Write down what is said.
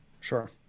Sure